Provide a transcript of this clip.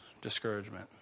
discouragement